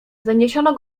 zaniesiono